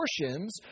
portions